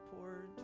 poor